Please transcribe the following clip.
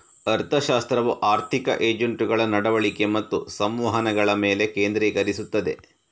ಅರ್ಥಶಾಸ್ತ್ರವು ಆರ್ಥಿಕ ಏಜೆಂಟುಗಳ ನಡವಳಿಕೆ ಮತ್ತು ಸಂವಹನಗಳ ಮೇಲೆ ಕೇಂದ್ರೀಕರಿಸುತ್ತದೆ